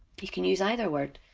you can use either word!